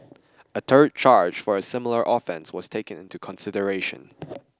a third charge for a similar offence was taken into consideration